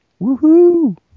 Woohoo